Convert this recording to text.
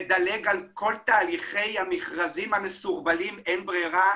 לדלג על כל תהליכי המכרזים המסורבלים, אין ברירה.